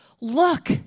Look